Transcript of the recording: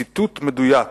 ציטוט מדויק